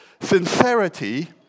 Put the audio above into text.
Sincerity